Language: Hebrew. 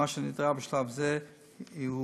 ומה שנדרש בשלב זה הוא